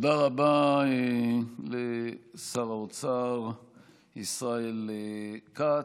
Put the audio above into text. תודה רבה לשר האוצר ישראל כץ.